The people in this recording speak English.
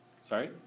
Sorry